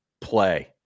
play